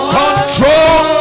control